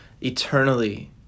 eternally